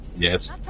Yes